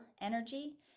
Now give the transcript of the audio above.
energy